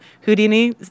Houdini